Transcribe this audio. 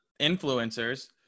influencers